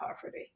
poverty